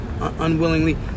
unwillingly